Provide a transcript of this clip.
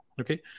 Okay